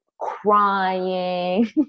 crying